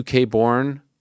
UK-born